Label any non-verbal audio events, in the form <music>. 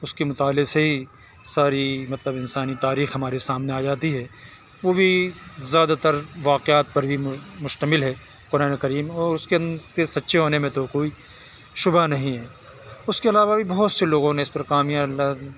اس کے مطالعے سے ہی ساری مطلب انسانی تاریخ ہمارے سامنے آ جاتی ہے وہ بھی زیادہ تر واقعات پر ہی مشتمل ہے قرآن کریم اور اس کے کے سچے ہونے میں تو کوئی شبہ نہیں ہے اس کے علاوہ بھی بہت سے لوگوں نے اس پر <unintelligible>